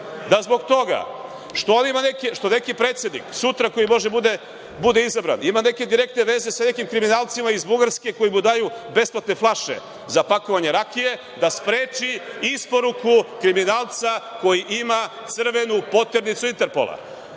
zbog toga što neki predsednik, koji sutra može da bude izabran, ima neke direktne veze sa nekim kriminalcima iz Bugarske koji mu daju besplatne flaše za pakovanje rakije, da spreči isporuku kriminalca koji ima crvenu poternicu Interpola.